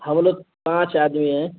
ہم لوگ پانچ آدمی ہیں